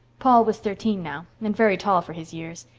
paul was thirteen now and very tall for his years.